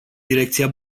direcția